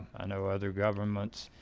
i know other governments